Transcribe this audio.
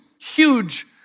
huge